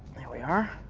there we are,